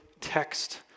text